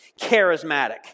Charismatic